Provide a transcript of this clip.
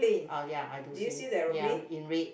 ah ya I do see ya in red